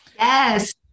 Yes